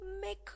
make